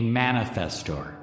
manifestor